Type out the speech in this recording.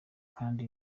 kandi